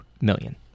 million